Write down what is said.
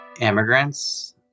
immigrants